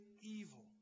evil